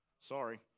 Sorry